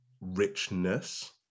richness